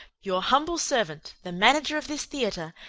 your humble servant, the manager of this theater,